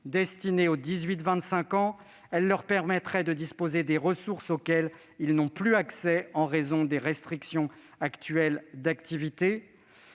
Destinée aux 18-25 ans, elle leur permettrait de disposer des ressources auxquelles ils n'ont plus accès en raison des restrictions actuelles d'activité.